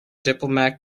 diplomat